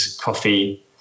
coffee